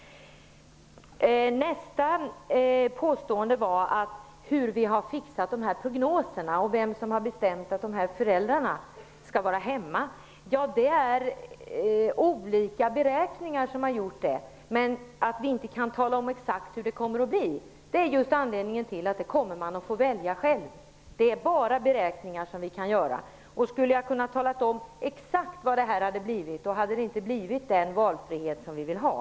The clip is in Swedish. Sedan undrade Maj-Inger Klingvall hur vi hade fixat prognoserna och vem som hade bestämt att föräldrarna skall vara hemma. Det är olika beräkningar som har gjorts. Just att vi inte exakt kan tala om hur det kommer att bli är anledningen till att man får välja själv. Vi kan bara göra beräkningar. Skulle jag exakt ha kunnat ange hur det skulle ha blivit, hade man inte fått den valfrihet som vi vill ha.